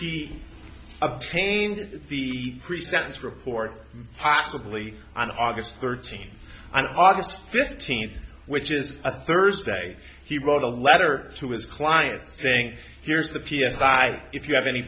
ninth obtained the pre sentence report possibly on august thirteenth an august fifteenth which is a thursday he wrote a letter to his client think here's the p s i i if you have any